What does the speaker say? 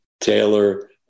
Taylor